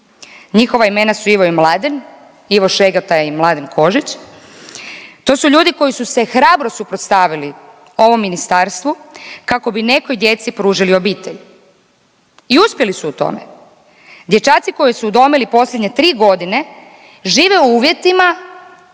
Njihova imena su Ivo i Mladen, Ivo Šegota i Mladen Kožić. To su ljudi koji su se hrabro suprotstavili ovom ministarstvu kako bi nekoj djeci pružili obitelj. I uspjeli su u tome! Dječaci koje su udomili posljednje tri godine žive u uvjetima